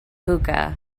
hookah